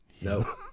No